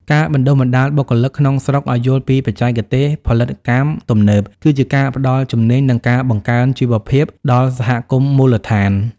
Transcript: ការបណ្ដុះបណ្ដាលបុគ្គលិកក្នុងស្រុកឱ្យយល់ពីបច្ចេកទេសផលិតកម្មទំនើប គឺជាការផ្ដល់ជំនាញ និងការបង្កើនជីវភាពដល់សហគមន៍មូលដ្ឋាន។